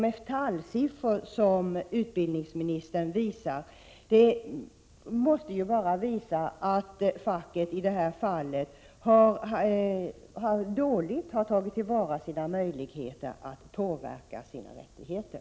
De detaljsiffror som utbildningsministern talade om visar ju bara att facket i detta fall på ett dåligt sätt har tagit till vara sina möjligheter att påverka sina rättigheter.